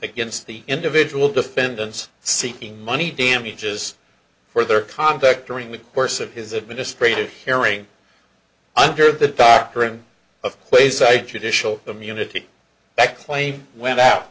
against the individual defendants seeking money damages for their contact during the course of his administrative hearing under the doctrine of place i judicial community that claim went out